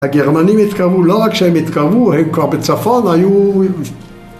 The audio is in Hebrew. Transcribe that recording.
הגרמנים התקרבו. לא רק שהם התקרבו, הם כבר בצפון היו...